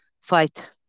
fight